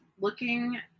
looking